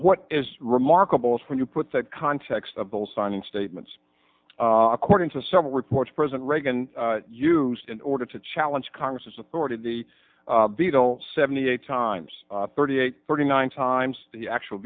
what is remarkable is when you put the context of those signing statements according to several reports president reagan used in order to challenge congress authority the beadle seventy eight times thirty eight thirty nine times the actual